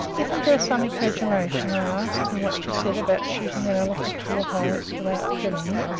isn't there some exaggeration, i asked, in what you said about shooting an elephant full of holes without killing him?